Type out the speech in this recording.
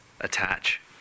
attach